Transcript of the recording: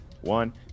one